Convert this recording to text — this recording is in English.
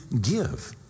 give